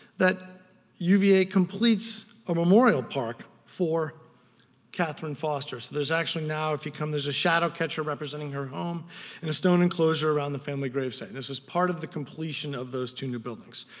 that uva completes a memorial park for katherine foster. so there's actually now, if you come, there's a shadow catcher representing her home and a stone enclosure around the family grave site and this was part of the completion of those two new buildings.